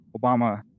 Obama